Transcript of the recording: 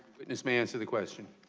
witness may answer the question.